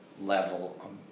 level